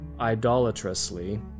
idolatrously